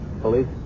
police